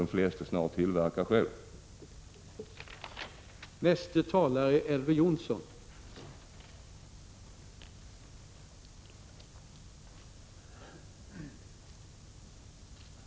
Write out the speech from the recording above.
De flesta kan snart tillverka en sådan apparat själva.